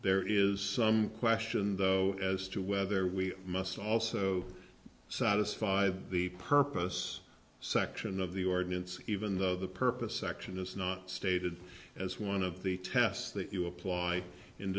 there is some question though as to whether we must also satisfy the purpose section of the ordinance even the purpose section is not stated as one of the tests that you apply in